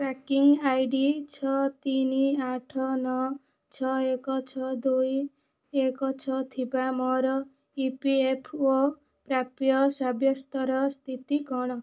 tracking ID ଛଅ ତିନି ଆଠ ନଅ ଛଅ ଏକ ଛଅ ଦୁଇ ଏକ ଛଅ ଥିବା ମୋର ଇପିଏଫ୍ଓ ପ୍ରାପ୍ୟ ସାବ୍ୟସ୍ତର ସ୍ଥିତି କ'ଣ